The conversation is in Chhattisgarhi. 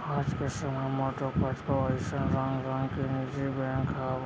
आज के समे म तो कतको अइसन रंग रंग के निजी बेंक कव